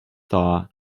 thaw